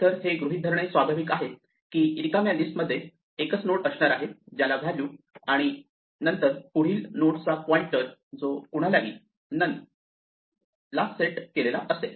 तर हे गृहीत धरणे स्वाभाविक आहे की रिकाम्या लिस्ट मध्ये एकच नोड असणार आहे ज्याला व्हॅल्यू आणि नंतर पुढील नोडचा पॉइंटर जो कुणालाही नन ला सेट केलेला असेल